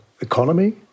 economy